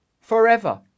forever